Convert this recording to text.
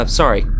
sorry